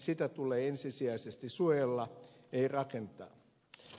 sitä tulee ensisijaisesti suojella ei rakentaa